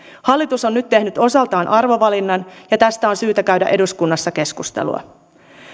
hallitus on nyt tehnyt osaltaan arvovalinnan ja tästä on syytä käydä eduskunnassa keskustelua